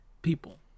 people